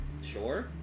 sure